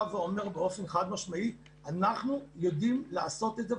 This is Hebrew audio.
בא ואומר באופן חד משמעי - אנחנו יודעים לעשות את זה,